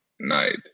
night